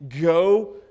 go